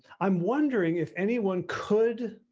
i'm wondering if anyone could,